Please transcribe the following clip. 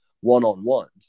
one-on-ones